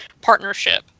partnership